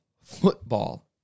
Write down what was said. football